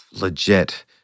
legit